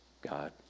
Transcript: God